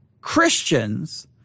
Christians